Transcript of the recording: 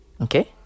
Okay